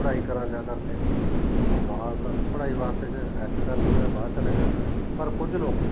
ਪੜ੍ਹਾਈ ਕਰਾਂ ਜਾ ਕਰਕੇ ਉਹ ਬਾਹਰ ਪੜ੍ਹਾਈ ਵਾਸਤੇ ਐਲਸ ਕਰ ਲੈਂਦਾ ਬਾਹਰ ਚਲੇ ਜਾਂਦਾ ਪਰ ਕੁਝ ਲੋਕ